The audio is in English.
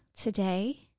Today